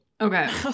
okay